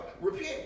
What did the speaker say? repent